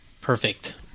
Perfect